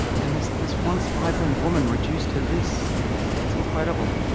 and this this once vibrant woman, reduced to this it's incredible.